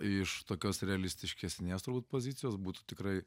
iš tokios realistiškesnės turbūt pozicijos būtų tikrai